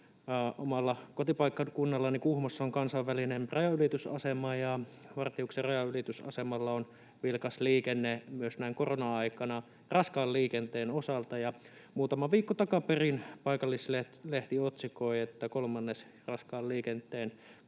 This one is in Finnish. Omalla kotipaikkakunnallani Kuhmossa on kansainvälinen rajanylitysasema. Vartiuksen rajanylitysasemalla on vilkas liikenne myös näin korona-aikana raskaan liikenteen osalta, ja muutama viikko takaperin paikallislehti otsikoi, että kolmannes raskaan liikenteen